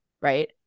right